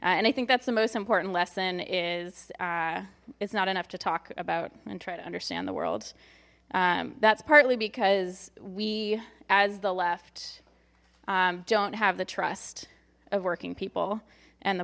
and i think that's the most important lesson is it's not enough to talk about and try to understand the world that's partly because we as the left don't have the trust of working people and the